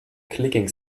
clicking